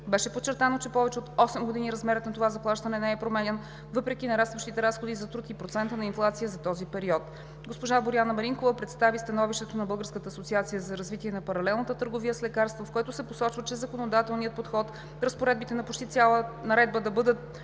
Беше подчертано, че повече от осем години размерът на това заплащане не е променян, въпреки нарастващите разходи за труд и процента на инфлацията за този период. Госпожа Боряна Маринкова представи становището на Българската асоциация за развитие на паралелната търговия с лекарства, в което се посочва, че законодателният подход разпоредбите на почти цяла наредба да бъдат